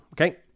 Okay